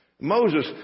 Moses